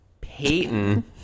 Peyton